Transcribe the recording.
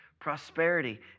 prosperity